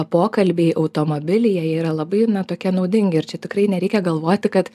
pokalbiai automobilyje jie yra labai na tokie naudingi ir čia tikrai nereikia galvoti kad